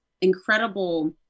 incredible